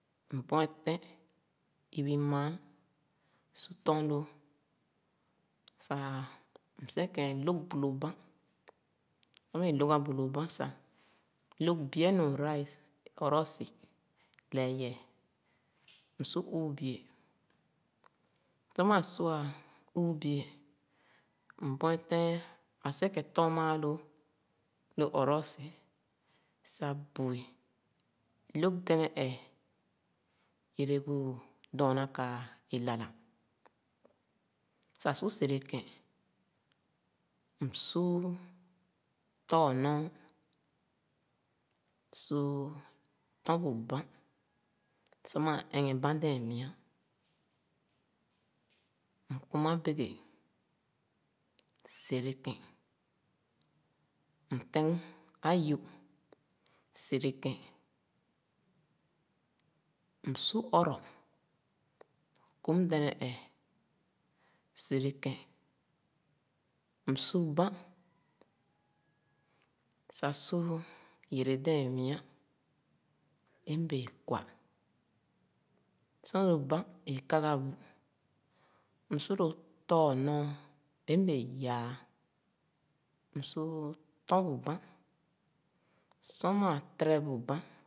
M’buetēn ibi maa su tɔn lōō sah msēkēn lōg bu lō bān. Sor maa lōga bu lō bān sah, lōg bi’e nu rice, ɔrɔɔsi, lɛɛ yɛɛ. Msu iiii bice. Sor maa sua iiii bi’e, m’bueten, sah sēkēn tɔn maa lōō lō ɔrɔɔsi sah bu’i, log dɛnɛ ee yere bu dɔɔna ka é lalah sah sn sere kén. Msuu tór-ɔɔ su tɔn bu bān sor maa ɛghɛn bān dɛɛn mia M’kum abegè ɛere kén, M’tēng ayō sereken. Msu ɔrɔ, kum dɛnɛ ēē sere kén, m’su bān, egaga bn, m’su ló tór nɔɔ é m’yaa, m’su tɔn bu bān, sor maa tere bu bān